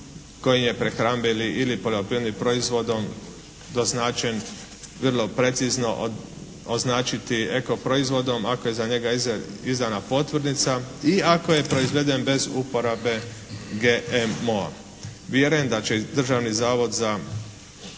kojim je prehrambenim ili poljoprivrednim proizvodom doznačen vrlo precizno označiti eko proizvodom ako je za njega izdana potvrdnica i ako je proizveden bez uporabe GMO-a. Vjerujem da će Državni zavod za